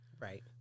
Right